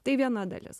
tai viena dalis